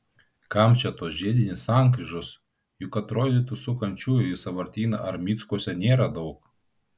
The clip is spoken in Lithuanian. kam čia tos žiedinės sankryžos juk atrodytų sukančiųjų į sąvartyną ar mickuose nėra daug